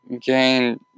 gain